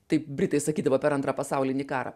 taip britai sakydavo per antrą pasaulinį karą